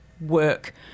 work